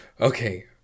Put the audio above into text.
Okay